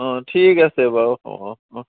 অঁ ঠিক আছে বাৰু অঁ অঁ